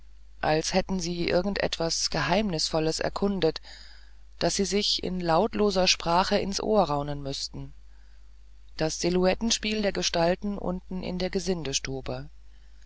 als hätten sie irgend etwas geheimnisvolles erkundet das sie sich in lautloser sprache ins ohr raunen müßten das silhouettenspiel der gestalten unten in der